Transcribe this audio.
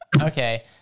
Okay